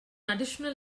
additional